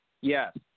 Yes